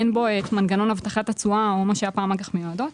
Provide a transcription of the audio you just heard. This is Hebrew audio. אין בו את מנגנון הבטחת התשואה שהיה פעם אג"ח מיועדות,